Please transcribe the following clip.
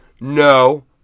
No